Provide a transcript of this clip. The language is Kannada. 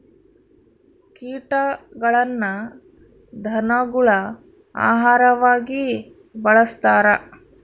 ಕೀಟಗಳನ್ನ ಧನಗುಳ ಆಹಾರವಾಗಿ ಬಳಸ್ತಾರ